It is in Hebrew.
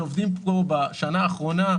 שעובדים בשנה האחרונה,